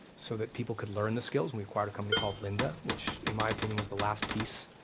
so that people could learn the skills and we acquired a company called lynda, which in my opinion was the last piece,